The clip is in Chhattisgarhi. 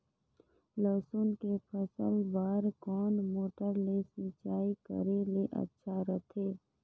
लसुन के फसल बार कोन मोटर ले सिंचाई करे ले अच्छा रथे?